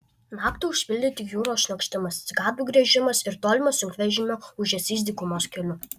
naktį užpildė tik jūros šniokštimas cikadų griežimas ir tolimas sunkvežimio ūžesys dykumos keliu